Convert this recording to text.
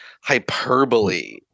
hyperbole